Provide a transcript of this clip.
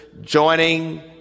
joining